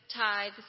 tithes